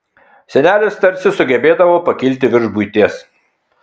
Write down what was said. senelis tarsi sugebėdavo pakilti virš buities